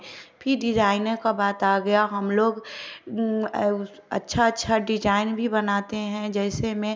कि डिजाइनर का बात आ गया हम लोग अच्छा अच्छा डिजाइन भी बनाते हैं जैसे में